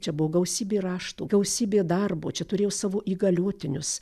čia buvo gausybė raštų gausybė darbo čia turėjo savo įgaliotinius